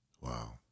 Wow